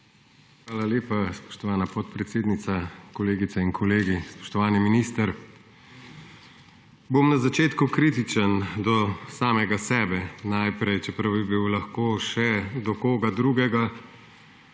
Hvala lepa, spoštovana podpredsednica. Kolegice in kolegi, spoštovani minister! Na začetku bom najprej kritičen do samega sebe – čeprav bi bil lahko še do koga drugega